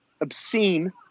obscene